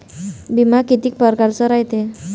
बिमा कितीक परकारचा रायते?